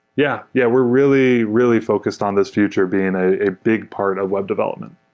yeah. yeah, we're really, really focused on this future being a big part of web development.